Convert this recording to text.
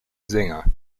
sänger